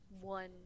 one